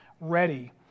ready